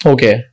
Okay